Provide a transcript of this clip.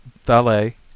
valet